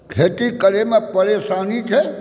खेती करैमे परेशानी छै